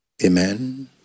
Amen